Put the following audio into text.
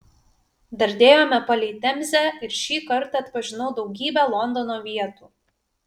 dardėjome palei temzę ir šį kartą atpažinau daugybę londono vietų